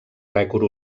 rècord